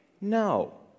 No